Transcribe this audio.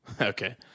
Okay